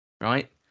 Right